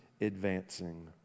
advancing